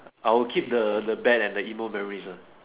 I'll keep the the bad and the emo memories ah